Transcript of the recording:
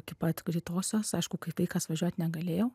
iki pat greitosios aišku kaip vaikas važiuot negalėjau